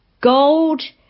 Gold